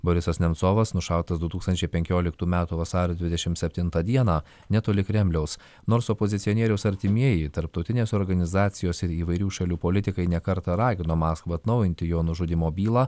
borisas nemcovas nušautas du tūkstančiai penkioliktų metų vasario dvidešim septintą dieną netoli kremliaus nors opozicionieriaus artimieji tarptautinės organizacijos ir įvairių šalių politikai ne kartą ragino maskvą atnaujinti jo nužudymo bylą